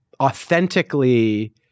authentically